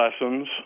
lessons